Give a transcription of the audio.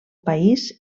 país